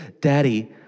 Daddy